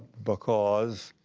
because,